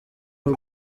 w’u